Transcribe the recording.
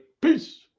Peace